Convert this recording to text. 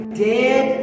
dead